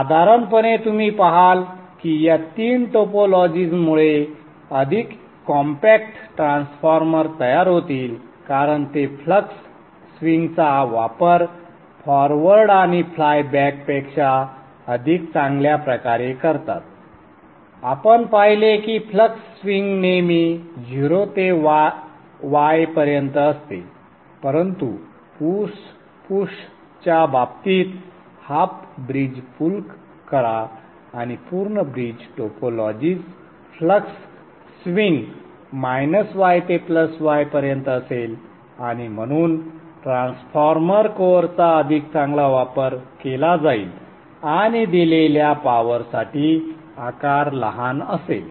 साधारणपणे तुम्ही पहाल की या तीन टोपोलॉजीजमुळे अधिक कॉम्पॅक्ट ट्रान्सफॉर्मर तयार होतील कारण ते फ्लक्स स्विंगचा वापर फॉरवर्ड आणि फ्लाय बॅकपेक्षा अधिक चांगल्या प्रकारे करतात आपण पाहिले की फ्लक्स स्विंग नेहमी 0 ते Y पर्यंत असते परंतु पुशच्या बाबतीत हाफ ब्रिज पुल करा आणि पूर्ण bridge topologies flux swing Y ते Y पर्यंत असेल आणि म्हणून ट्रान्सफॉर्मर कोअरचा अधिक चांगला वापर केला जाईल आणि दिलेल्या पॉवरसाठी आकार लहान असेल